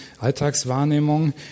Alltagswahrnehmung